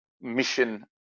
mission